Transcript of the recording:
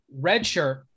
redshirt